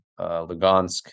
lugansk